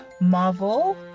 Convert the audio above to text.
Marvel